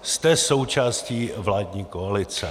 Jste součástí vládní koalice.